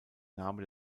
name